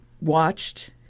watched